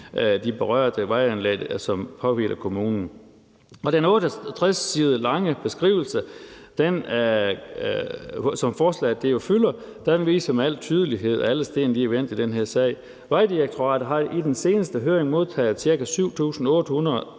de berørte vejanlæg, som påvirker kommunen. Den 68 sider lange beskrivelse – det er det, forslaget fylder – viser med al tydelighed, at alle sten er vendt i den her sag. Vejdirektoratet har i den seneste høring modtaget ca. 7.800